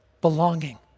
belonging